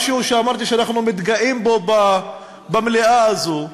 משהו שאמרתי שאנחנו מתגאים בו במליאה הזו,